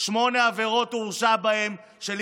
שמונה עבירות של התפרעות